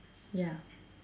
ya